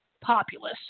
populace